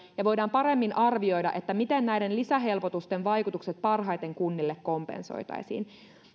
ja voidaan paremmin arvioida miten näiden lisähelpotusten vaikutukset parhaiten kunnille kompensoitaisiin